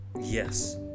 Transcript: Yes